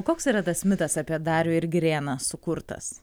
o koks yra tas mitas apie darių ir girėną sukurtas